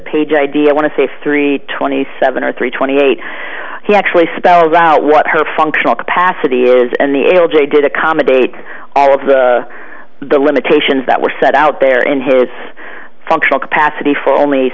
page idea i want to say three twenty seven or three twenty eight he actually spells out what her functional capacity is and the a l j did accomodate all of the the limitations that were set out there in his functional capacity for only